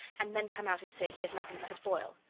and then come out and say he has nothing but a boil.